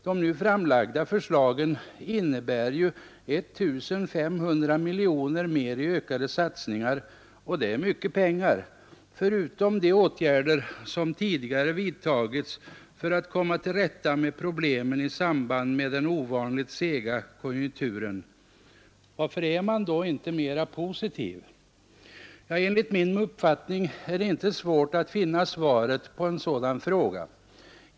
De nu framlagda förslagen innebär ju 1500 miljoner kronor mer i ökade satsningar — och det är mycket pengar — förutom de åtgärder som tidigare vidtagits för att komma till rätta med problemen i samband med den ovanligt sega lågkonjunkturen. Varför är man då inte mera positiv? Enligt min uppfattning är det inte svårt att finna svaret på en sådan fråga.